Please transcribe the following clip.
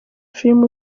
filime